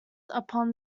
upon